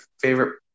favorite